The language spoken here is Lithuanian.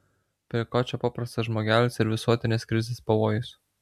prie ko čia paprastas žmogelis ir visuotinės krizės pavojus